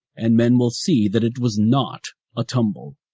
and men will see that it was not a tumble.